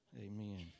Amen